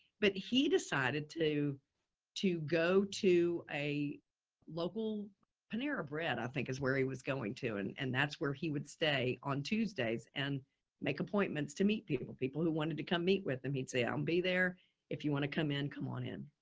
but he decided to to go to a local panera bread i think is where he was going to. and and that's where he would stay on tuesdays and make appointments to meet people, people who wanted to come meet with them. he'd say, i'll be there if you want to come come on in.